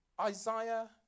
Isaiah